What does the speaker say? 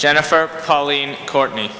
jennifer colleen courtney